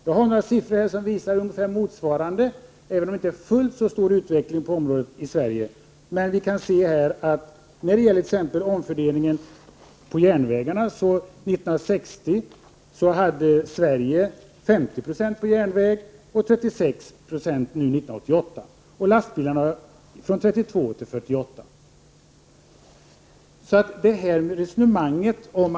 Jag har några siffror för utvecklingen i Sverige som visar att 1960 hade järnvägarna 50 926 av godstransporterna mot 36 90 år 1988. Mängden gods som transporteras med lastbil ökade under samma tid från 32 till 48 96.